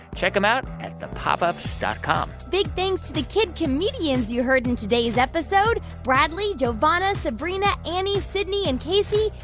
check them out at thepopups dot com big thanks to the kid comedians you heard in today's episode. bradley, giovanna, sabrina, annie, sidney and casey,